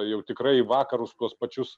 jau tikrai vakarus tuos pačius